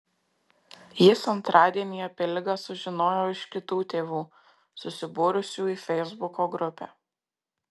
jis antradienį apie ligą sužinojo iš kitų tėvų susibūrusių į feisbuko grupę